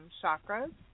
chakras